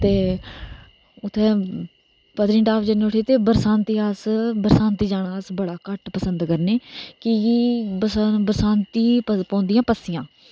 ते उत्थै पतनीटाप जन्ने उठी उत्थै बरसांती अस बरसांती जाना बड़ा घट्ट पसंद करने की के बरसांती पोौंदियां पस्सियां